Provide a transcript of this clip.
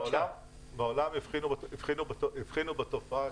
בעולם הבחינו בתופעה,